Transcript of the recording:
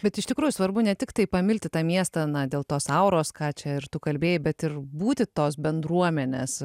bet iš tikrųjų svarbu ne tiktai pamilti tą miestą na dėl tos auros ką čia ir tu kalbėjai bet ir būti tos bendruomenės